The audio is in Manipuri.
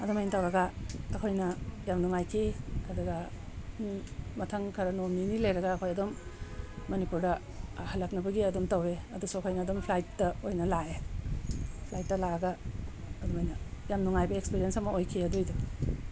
ꯑꯗꯨꯃꯥꯏꯅ ꯇꯧꯔꯒ ꯑꯩꯈꯣꯏꯅ ꯌꯥꯝ ꯅꯨꯡꯉꯥꯏꯈꯤ ꯑꯗꯨꯒ ꯃꯊꯪ ꯈꯔ ꯅꯣꯡ ꯅꯤꯅꯤ ꯂꯩꯔꯒ ꯑꯩꯈꯣꯏ ꯑꯗꯨꯝ ꯃꯅꯤꯄꯨꯔꯗ ꯍꯜꯂꯛꯅꯕꯒꯤ ꯑꯗꯨꯝ ꯇꯧꯋꯦ ꯑꯗꯨꯁꯨ ꯑꯩꯈꯣꯏꯅ ꯑꯗꯨꯝ ꯐ꯭ꯂꯥꯏꯠꯇ ꯑꯣꯏꯅ ꯂꯥꯛꯑꯦ ꯐ꯭ꯂꯥꯏꯠꯇ ꯂꯥꯛꯑꯒ ꯑꯗꯨꯃꯥꯏꯅ ꯌꯥꯝ ꯅꯨꯡꯉꯥꯏꯕ ꯑꯦꯛꯁꯄꯤꯔꯤꯌꯦꯟꯁ ꯑꯃ ꯑꯣꯏꯈꯤ ꯑꯗꯨꯏꯗꯨ